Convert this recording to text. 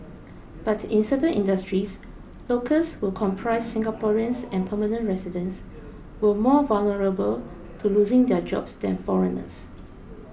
but in certain industries locals who comprise Singaporeans and permanent residents were more vulnerable to losing their jobs than foreigners